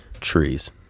Trees